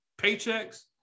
paychecks